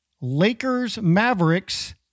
Lakers-Mavericks